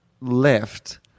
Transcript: left